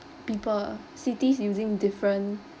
people cities using different